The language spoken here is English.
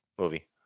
movie